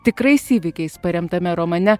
tikrais įvykiais paremtame romane